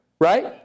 right